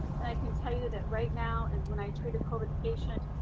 and i can tell you that right now, and when i treat a covid patient,